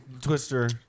Twister